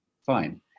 fine